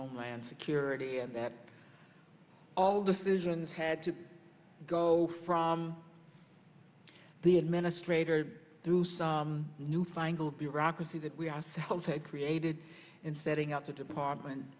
homeland security and that all decisions had to go from the administrator through some newfangled bureaucracy that we ourselves had created and setting up the department